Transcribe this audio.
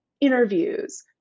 Interviews